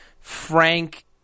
Frank